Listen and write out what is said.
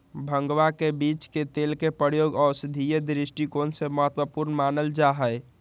भंगवा के बीज के तेल के प्रयोग औषधीय दृष्टिकोण से महत्वपूर्ण मानल जाहई